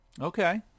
Okay